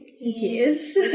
Yes